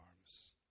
arms